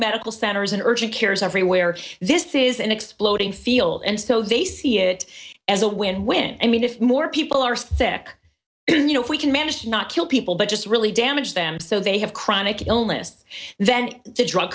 medical centers and urgent care is everywhere this is an exploding field and so they see it as a win win i mean if more people are sick you know if we can manage not kill people but just really damage them so they have chronic illness then the drug